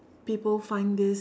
people find this